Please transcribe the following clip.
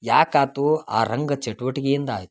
ಯಾಕೆ ಆತು ಆ ರಂಗ ಚಟುವಟಿಕೆಯಿಂದ ಆಯಿತು